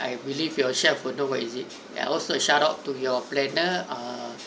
I believe your chef would know what is it and also a shout out to your planner uh